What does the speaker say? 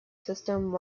system